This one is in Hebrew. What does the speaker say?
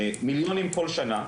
מיליונים כל שנה,